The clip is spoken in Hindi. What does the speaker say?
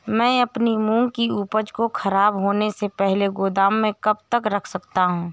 मैं अपनी मूंग की उपज को ख़राब होने से पहले गोदाम में कब तक रख सकता हूँ?